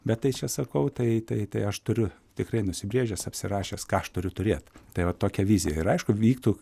bet tai čia sakau tai tai tai aš turiu tikrai nusibrėžęs apsirašęs ką aš turiu turėt tai vat tokia vizija ir aišku vyktų